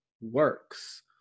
works